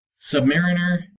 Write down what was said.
Submariner